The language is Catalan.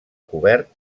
cobert